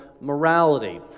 morality